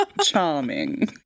Charming